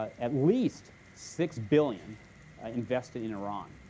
at least six billion invested in iran,